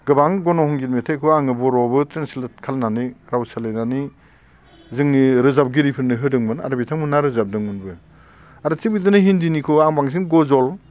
गोबां गन' हंगित मेथाइखौ आं बर'आवबो ट्रेनसलेट खालामनानै राव सोलायनानै जोंनि रोजाबगिरिफोरनो होदोंमोन आरो बिथांमोना रोजाबदोंमोनबो आरो थिग बिदिनो हिन्दीनिखौ आं बांसिन गाजाल